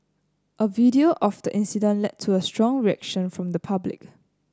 a video of the incident led to a strong reaction from the public